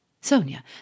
Sonia